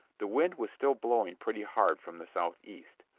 the wind was still blowing pretty hard from the southeast.